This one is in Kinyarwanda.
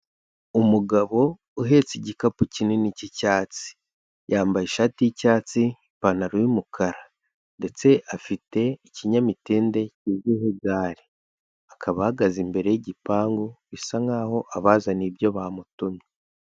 Umugabo uhetse igikapu kinini cy'icyatsi. Yambaye ishati y'icyatsi, ipantaro y'umukara ndetse afite ikinyamitende kizwi nk'igare. Akaba ahahagaze imbere y'igipangu bisa nkaho abazaniye ibyo bamutumye.